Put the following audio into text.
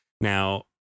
Now